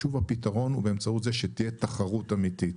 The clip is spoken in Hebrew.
שוב, הפתרון הוא באמצעות זה שתהיה תחרות אמיתית.